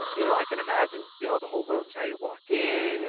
um you know, i can imagine the ah the whole rooms. how you walk in, you